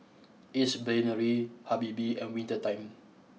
Ace Brainery Habibie and Winter Time